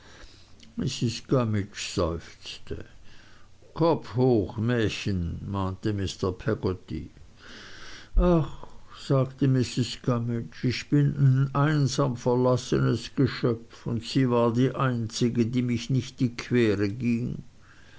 gummidge seufzte kopf hoch mächen mahnte mr peggotty ach sagte mrs gummidge ich bin n einsam verlassenes geschöpf und sie war die einzige die mich nicht die quere ging